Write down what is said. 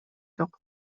жок